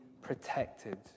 protected